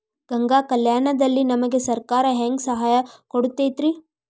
ಗಂಗಾ ಕಲ್ಯಾಣ ದಲ್ಲಿ ನಮಗೆ ಸರಕಾರ ಹೆಂಗ್ ಸಹಾಯ ಕೊಡುತೈತ್ರಿ?